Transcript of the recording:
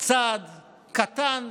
היום צעד קטן,